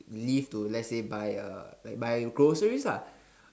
leave to let's say buy a like buy groceries lah